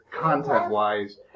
content-wise